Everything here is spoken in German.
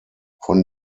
von